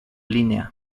línea